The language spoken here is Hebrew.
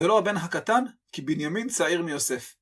ולא הבן הקטן, כי בנימין צעיר מיוסף.